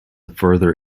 further